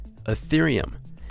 Ethereum